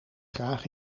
graag